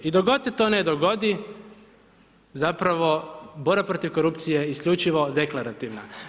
I dok god se to ne dogodi, zapravo, borba protiv korupcije je isključivo deklarativna.